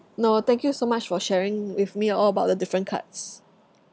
no thank you so much for sharing with me all about the different cards